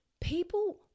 people